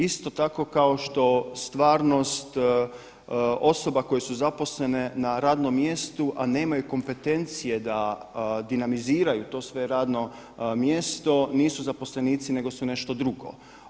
Isto tako kao što stvarnost osoba koje su zaposlene na radnom mjestu a nemaju kompetencije da dinamiziraju to svoje radno mjesto nisu zaposlenici nego su nešto drugo.